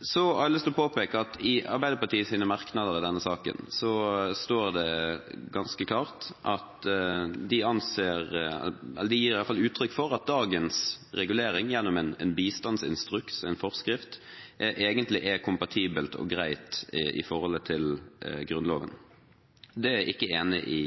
Jeg har lyst til å påpeke at i Arbeiderpartiets merknader i denne saken gir de ganske klart uttrykk for at dagens regulering gjennom en bistandsinstruks, en forskrift, egentlig er kompatibel og grei i forholdet til Grunnloven. Det er jeg ikke enig i.